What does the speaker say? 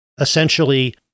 essentially